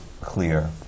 clear